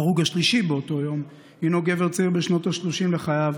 ההרוג השלישי באותו יום הוא גבר צעיר בשנות ה-30 לחייו